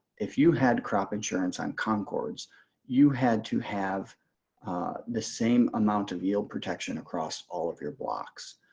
if you had crop insurance on concords you had to have the same amount of yield protection across all of your blocks.